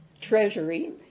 treasury